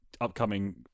upcoming